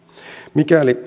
mikäli